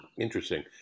Interesting